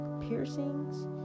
piercings